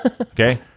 okay